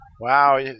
Wow